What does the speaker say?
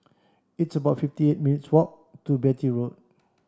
it's about fifty eight minutes' walk to Beatty Road